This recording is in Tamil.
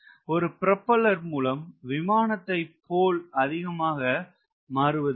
ஒரு ப்ரொபெல்லர் மூலம் விமானத்தை போல் அதிகமாக மாறுவதில்லை